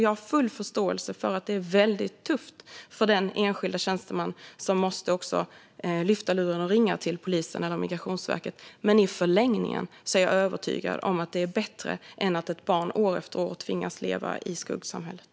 Jag har full förståelse för att det är väldigt tufft för den enskilda tjänsteman som måste lyfta luren och ringa till polisen eller Migrationsverket. Men i förlängningen är jag övertygad om att det är bättre än att ett barn år efter år tvingas leva i skuggsamhället.